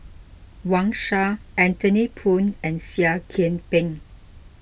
Wang Sha Anthony Poon and Seah Kian Peng